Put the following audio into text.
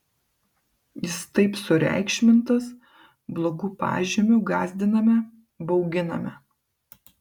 jis taip sureikšmintas blogu pažymiu gąsdiname bauginame